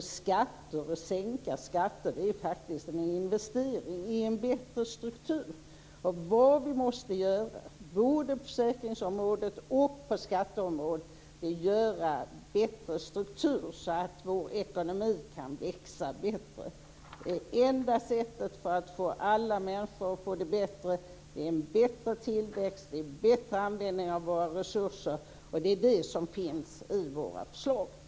Att sänka skatter är faktiskt en investering i en bättre struktur. Vad vi måste göra, både på försäkringsområdet och på skatteområdet, är att få en bättre struktur så att vår ekonomi kan växa bättre. Det enda sättet för att alla människor ska få det bättre är en bättre tillväxt, bättre användning av våra resurser. Det är det som finns i våra förslag.